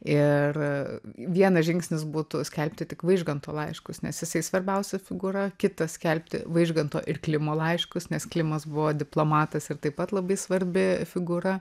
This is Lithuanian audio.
ir vienas žingsnis būtų skelbti tik vaižganto laiškus nes jisai svarbiausia figūra kitas skelbti vaižganto ir klimo laiškus nes klimas buvo diplomatas ir taip pat labai svarbi figūra